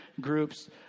groups